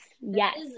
yes